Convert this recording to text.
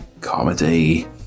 Comedy